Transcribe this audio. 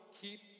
keep